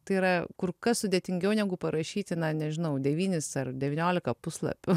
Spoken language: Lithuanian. tai yra kur kas sudėtingiau negu parašyti na nežinau devynis ar devyniolika puslapių